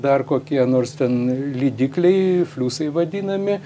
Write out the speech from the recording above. dar kokie nors ten lydikliai fliusai vadinami